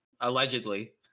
allegedly